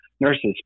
nurses